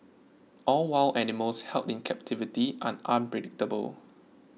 all wild animals held in captivity are unpredictable